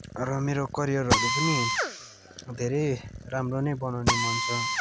र मेरो करियरहरू पनि धेरै राम्रो नै बनाउने मन छ